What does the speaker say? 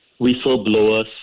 whistleblowers